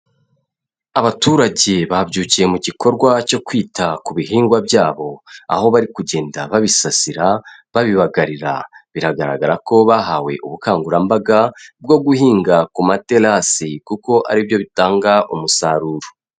Abaturage babyukiye mu gikorwa cyo kwita ku bihingwa byabo, aho bari kugenda babisasira babibagarira, biragaragara ko bahawe ubukangurambaga bwo guhinga ku materasi kuko ari byo bitanga umusaruro.